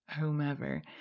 whomever